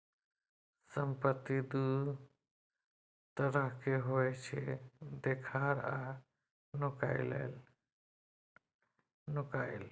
संपत्ति दु तरहक होइ छै देखार आ नुकाएल